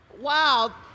Wow